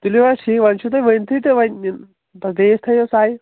تُلِو حظ ٹھیٖک وۄنۍ چھُو تۄہہِ ؤنۍتھٕے تہٕ وۄنۍ بیٚیِس تھٲیِو سَے